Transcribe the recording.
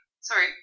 Sorry